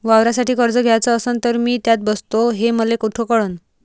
वावरासाठी कर्ज घ्याचं असन तर मी त्यात बसतो हे मले कुठ कळन?